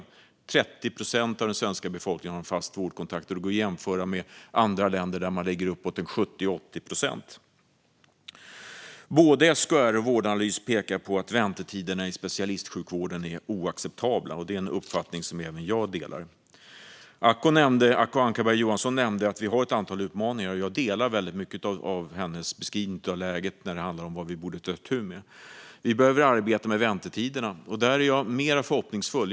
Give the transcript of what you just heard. Endast 30 procent av den svenska befolkningen har en fast vårdkontakt medan siffran i andra länder är 70-80 procent. Både SKR och Vårdanalys pekar på att väntetiderna i specialistsjukvården är oacceptabla, och den uppfattningen delar jag. Acko Ankarberg Johansson nämnde att vi har ett antal utmaningar, och jag delar mycket av hennes beskrivning av läget och av vad vi behöver ta itu med. Vi behöver arbeta med väntetiderna, och här är jag mer förhoppningsfull.